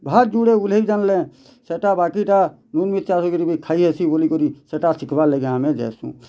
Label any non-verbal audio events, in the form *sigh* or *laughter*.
ଭାତ ଯୁଡ଼େ ଓଲ୍ହେଇ ଜାଣିଲେ ସେଇଟା ବାକି ଟା ମୁଁ *unintelligible* ଖାଇ ଆସି ବୋଲି କରି ସେଇଟା ଶିଖବାର୍ ଲାଗି ଆମେ ଯାଏସୁ